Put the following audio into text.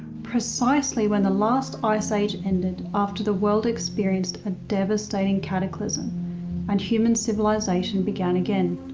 precisely when the last ice age ended after the world experienced a devastating cataclysm and human civilization began again.